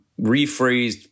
rephrased